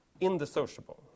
indissociable